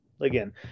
again